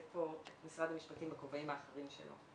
פה את משרד המשפטים בכובעים האחרים שלו.